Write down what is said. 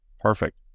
Perfect